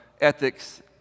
ethics